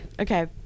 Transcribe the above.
Okay